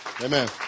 Amen